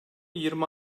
yirmi